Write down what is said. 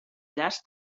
llaç